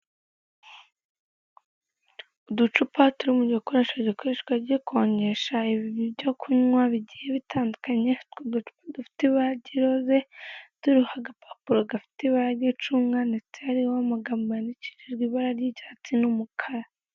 Uducupa turi mu gikoresho gikoreshwa gikonjesha ibintu byo kunywa bigiye bitandukanye, utwo ducupa dufite ibara ry'iroze turiho agapapuro gafite ibara ry'icunga ndetse hariho amagambo yandikishije ibara ry' icyatsi n'umukara.